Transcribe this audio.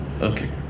Okay